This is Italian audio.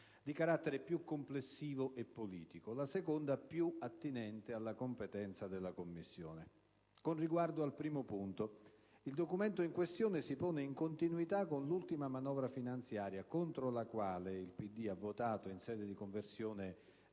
di carattere più complessivo e politico, la seconda più attinente alla competenza della Commissione. Con riguardo al primo punto, il documento in questione si pone in continuità con l'ultima manovra finanziaria, contro la quale il PD ha votato in sede di conversione